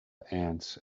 ants